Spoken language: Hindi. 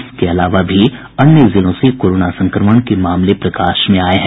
इसके अलावा भी अन्य जिलों से कोरोना संक्रमण के मामले प्रकाश में आये हैं